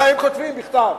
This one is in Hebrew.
כותבים במכתב,